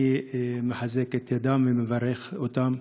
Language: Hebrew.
אני מחזק את ידם ומברך אותם.